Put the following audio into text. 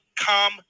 Come